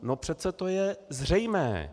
No přece to je zřejmé!